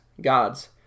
God's